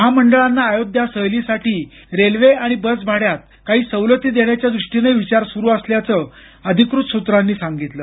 महामंडळांना अयोध्या सहलीसाठी रेल्वे आणि बस भाड्यात काही सवलती देण्याच्या दृष्टीनंही विचार सुरू असल्याचं अधिकृत सूत्रांनी सांगितलं